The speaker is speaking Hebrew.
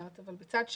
אבל מצד שני,